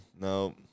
no